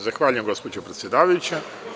Zahvaljujem se gospođo predsedavajuća.